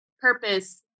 purpose